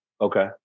Okay